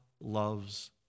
loves